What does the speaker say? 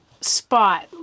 spot